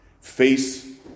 face